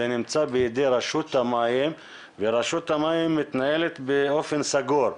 שזה נמצא בידי רשות המים ורשות המים מתנהלת באופן סגור.